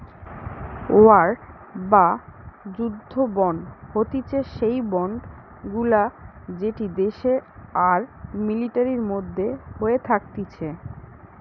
war বা যুদ্ধ bond হতিছে সেই বন্ড গুলা যেটি দেশ আর মিলিটারির মধ্যে হয়ে থাকতিছে